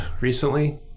recently